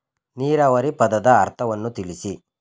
ನೀರಾವರಿ ಪದದ ಅರ್ಥವನ್ನು ತಿಳಿಸಿ?